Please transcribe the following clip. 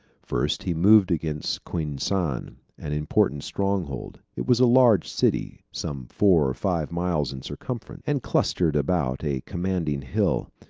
first he moved against quinsan, an important stronghold. it was a large city, some four or five miles in circumference, and clustered about a commanding hill.